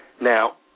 Now